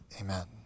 Amen